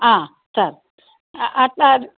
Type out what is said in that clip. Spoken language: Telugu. సార్ అట్లా